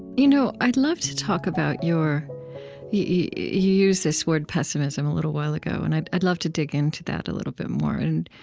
you know i'd love to talk about your you used this word pessimism a little while ago, and i'd i'd love to dig into that a little bit more. and